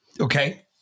Okay